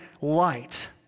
light